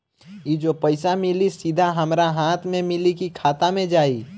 ई जो पइसा मिली सीधा हमरा हाथ में मिली कि खाता में जाई?